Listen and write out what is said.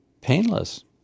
painless